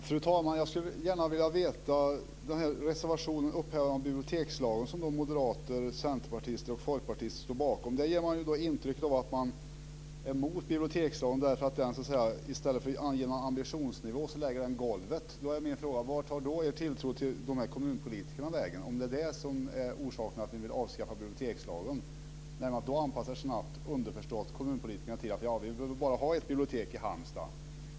Fru talman! Jag skulle gärna vilja fråga om reservationen Upphävande av bibliotekslagen som moderater, centerpartister och folkpartister står bakom. Där ger man intryck av att man är emot bibliotekslagen därför att den i stället för att ange en ambitionsnivå lägger ett golv. Min fråga är då: Vart tar då er tilltro till kommunpolitikerna vägen, om det är det som är orsaken till att ni vill avskaffa bibliotekslagen? Det är, underförstått, att kommunpolitikerna snabbt skulle hänvisa till att de bara behöver ett bibliotek t.ex. i Halmstad.